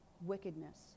wickedness